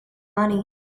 money